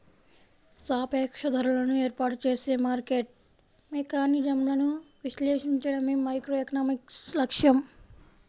సాపేక్ష ధరలను ఏర్పాటు చేసే మార్కెట్ మెకానిజమ్లను విశ్లేషించడమే మైక్రోఎకనామిక్స్ లక్ష్యం